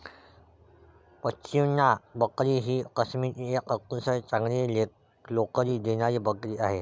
पश्मिना बकरी ही काश्मीरची एक अतिशय चांगली लोकरी देणारी बकरी आहे